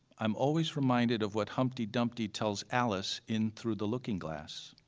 i'm always reminded of what humpty dumpty tells alice in through the looking glass.